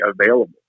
available